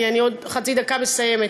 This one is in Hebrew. כי אני עוד חצי דקה מסיימת,